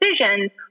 decisions